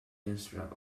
minister